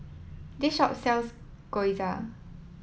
this shop sells Gyoza